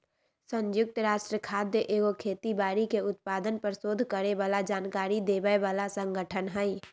संयुक्त राष्ट्र खाद्य एगो खेती बाड़ी के उत्पादन पर सोध करे बला जानकारी देबय बला सँगठन हइ